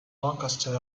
lancaster